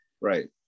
Right